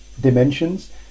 dimensions